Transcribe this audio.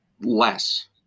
less